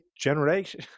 generation